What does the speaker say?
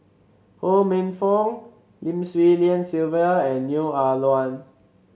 Ho Minfong Lim Swee Lian Sylvia and Neo Ah Luan